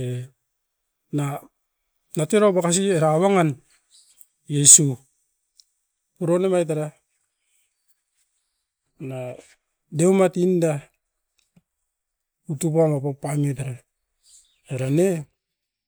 era unat era wakan pura pum.